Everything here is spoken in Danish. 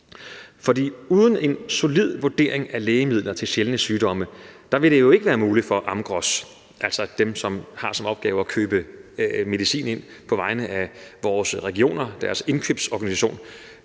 For uden en solid vurdering af lægemidler til sjældne sygdomme vil det ikke være muligt for Amgros – altså dem, som har til opgave at købe medicin ind på vegne af vores regioner, altså deres indkøbsorganisation